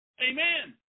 Amen